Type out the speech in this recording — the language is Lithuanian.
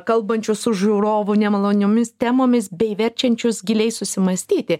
kalbančius su žiūrovu nemaloniomis temomis bei verčiančius giliai susimąstyti